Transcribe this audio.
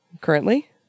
currently